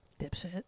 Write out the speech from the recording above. Dipshit